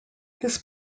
this